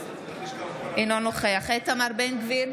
אינו נוכח איתמר בן גביר,